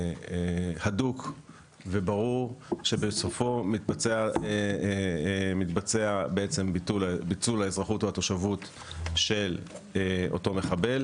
הדוק וברור שבסופו מתבצע ביטול האזרחות או התושבות של אותו מחבל